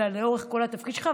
אלא לאורך כל התפקיד שלך.